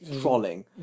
trolling